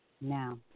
Now